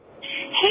Hey